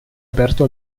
aperto